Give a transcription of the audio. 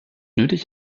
nötig